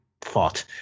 thought